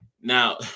now